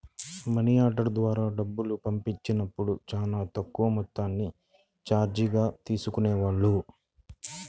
money order ద్వారా డబ్బులు పంపించినప్పుడు చానా తక్కువ మొత్తాన్ని చార్జీలుగా తీసుకునేవాళ్ళు